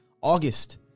August